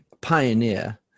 pioneer